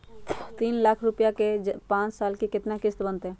तीन लाख रुपया के पाँच साल के केतना किस्त बनतै?